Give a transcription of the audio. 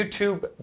YouTube